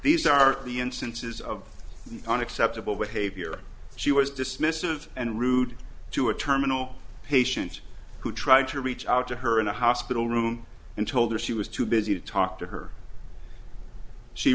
these are the instances of unacceptable behavior she was dismissive and rude to a terminal patient who tried to reach out to her in a hospital room and told her she was too busy to talk to her she